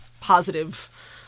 positive